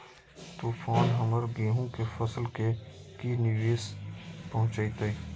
तूफान हमर गेंहू के फसल के की निवेस पहुचैताय?